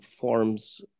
forms